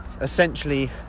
essentially